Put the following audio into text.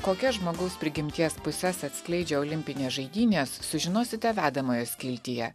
kokias žmogaus prigimties puses atskleidžia olimpinės žaidynės sužinosite vedamojo skiltyje